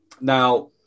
Now